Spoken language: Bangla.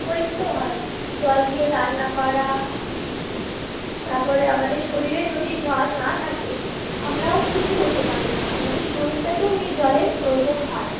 উপরক্ত হয় জল দিয়ে রান্না করা তারপরে আমাদের শরীরে যদি জল না থাকে আমরাও কিছু করতে পারবো না আমাদের শরীরটাকেও নিয়ে জলের প্রয়োজন হয়